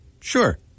Sure